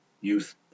Youth